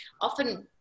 often